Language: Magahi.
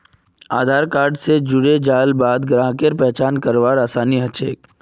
आधार कार्ड स जुड़ेल जाल बाद ग्राहकेर पहचान करवार आसानी ह छेक